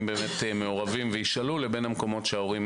באמת מעורבים וישאלו לבין מקומות שההורים